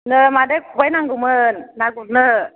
नै मादै खबाइ नांगौमोन ना गुरनो